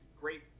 great